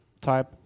type